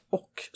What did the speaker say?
och